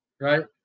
right